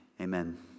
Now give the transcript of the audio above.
Amen